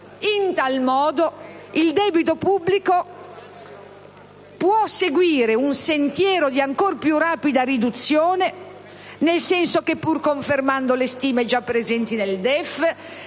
ad agosto, il debito pubblico può seguire un sentiero di ancor più rapida riduzione, nel senso che, pur confermando le stime già presenti nel DEF,